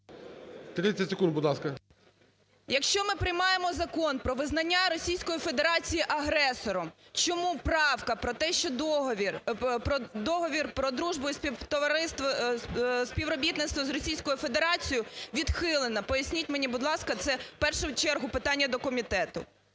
10:39:05 СОТНИК О.С. Якщо ми приймаємо закон про визнання Російської Федерації агресором, чому правка про те, що договір про дружбу і співробітництво з Російською Федерацією відхилено, поясніть мені, будь ласка. Це в першу чергу питання до комітету.